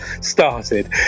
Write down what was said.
started